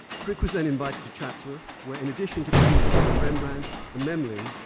frick was then invited to chatsworth, where, in addition to paintings by rembrandt and memling,